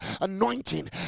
anointing